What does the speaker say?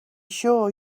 sure